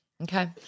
Okay